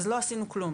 אז לא עשינו כלום.